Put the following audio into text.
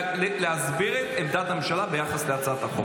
ולהסביר את עמדת הממשלה ביחס להצעת החוק.